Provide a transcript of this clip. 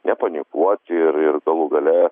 nepanikuoti ir ir galų gale